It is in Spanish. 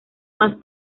más